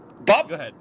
Bob